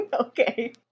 Okay